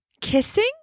kissing